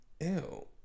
Ew